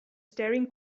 staring